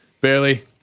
barely